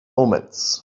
omens